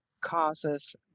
causes